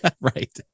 Right